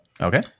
Okay